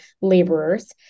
laborers